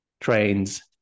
trains